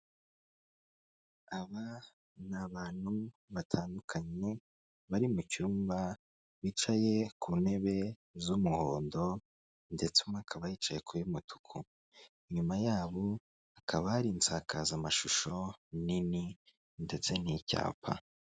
Aba ni abantu batandukanye bari mu cyumba, bicaye ku ntebe z'umuhondo ndetse umwe akaba yicaye ku y'umutuku. Inyuma yabo hakaba hari insakazamashusho nini ndetse n'icyapa.